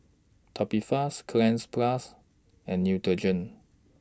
Tubifast Cleanz Plus and Neutrogena